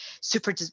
super